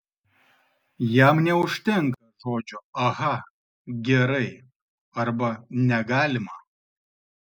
jam neužtenka žodžio aha gerai arba negalima